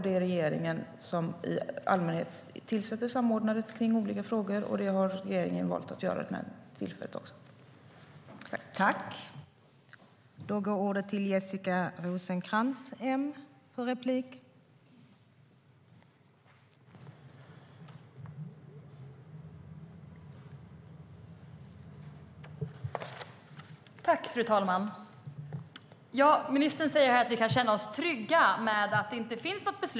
Det är regeringen som i allmänhet tillsätter samordnare i olika frågor, och det har regeringen valt att göra vid detta tillfälle också.